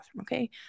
okay